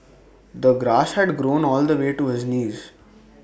the grass had grown all the way to his knees